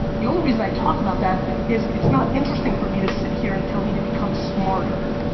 the only reason i talk about that is it's not interesting for me to sit here and tell you to become smarter.